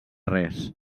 res